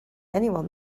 anyone